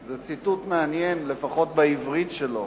זה ציטוט מעניין, לפחות בעברית שלו.